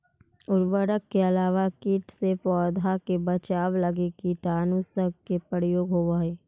उर्वरक के अलावा कीट से पौधा के बचाव लगी कीटनाशक के प्रयोग होवऽ हई